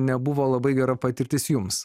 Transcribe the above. nebuvo labai gera patirtis jums